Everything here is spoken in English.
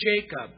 Jacob